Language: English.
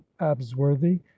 absworthy